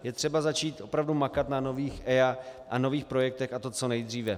Je třeba začít opravdu makat na nových EIA a nových projektech, a to co nejdříve.